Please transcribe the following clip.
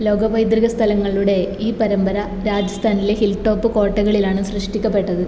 ലോക പൈതൃക സ്ഥലങ്ങളുടെ ഈ പരമ്പര രാജസ്ഥാനിലെ ഹിൽ ടോപ്പ് കോട്ടകളിലാണ് സൃഷ്ടിക്കപ്പെട്ടത്